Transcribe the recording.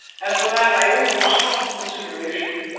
and for that i owe you some consideration.